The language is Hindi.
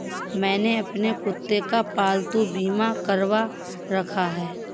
मैंने अपने कुत्ते का पालतू बीमा करवा रखा है